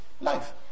life